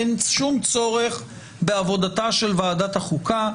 אין שום צורך בעבודתה של ועדת החוקה,